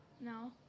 No